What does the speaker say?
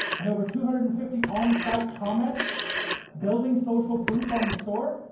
and over two hundred and fifty on-site comments building social proof on the store,